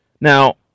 Now